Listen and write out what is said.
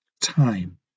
time